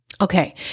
Okay